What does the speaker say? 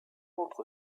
entre